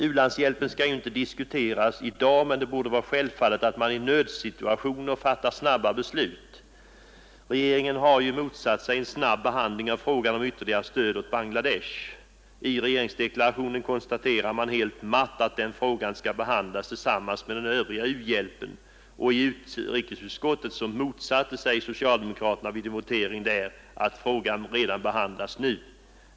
U-landshjälpen skall inte diskuteras i dag, men det borde vara självfallet att man i nödsituationer fattar snabba beslut. Regeringen har ju motsatt sig en snabb behandling av frågan om ytterligare stöd åt Bangladesh. I regeringsdeklarationen konstaterar man helt matt att den frågan skall behandlas tillsammans med den övriga u-hjälpen, och i utrikesutskottet motsatte sig socialdemokraterna vid en votering att frågan behandlas redan nu.